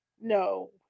No